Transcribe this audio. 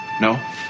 No